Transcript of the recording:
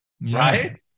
right